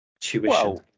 tuition